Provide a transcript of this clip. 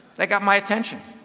that got my attention.